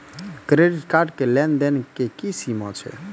Credit card के लेन देन के की सीमा छै?